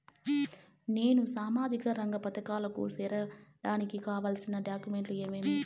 నేను సామాజిక రంగ పథకాలకు సేరడానికి కావాల్సిన డాక్యుమెంట్లు ఏమేమీ?